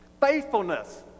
Faithfulness